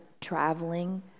traveling